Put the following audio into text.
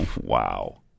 Wow